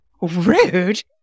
rude